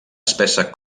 espessa